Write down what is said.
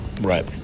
Right